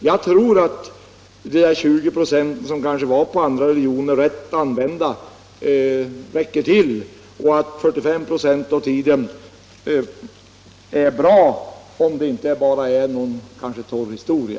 Jag tror att den andel av tiden — 20 96 — som används till andra religioner rätt använd räcker till och att det är bra att anslå 45 96 av tiden till kristendomen, om den inte bara innehåller torr historia.